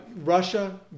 Russia